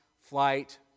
Flight